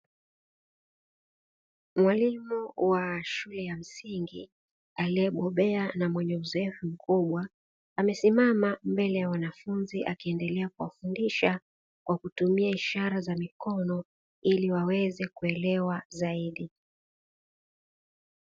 Mwalimu wa shule ya msingi aliyebobea na mwenye uzoefu mkubwa, amesimama mbele ya wanafunzi akiendelea kuwafundisha kwa kutumia ishara za mikono ili waweze kuelewa zaidi.